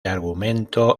argumento